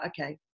okay